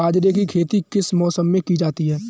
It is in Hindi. बाजरे की खेती किस मौसम में की जाती है?